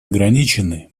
ограничены